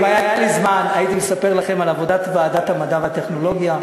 אם היה לי זמן הייתי מספר לכם על עבודת ועדת המדע והטכנולוגיה,